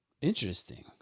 Interesting